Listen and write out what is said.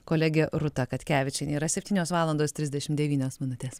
kolegė rūta katkevičienė yra septynios valandos trisdešimt devynios minutės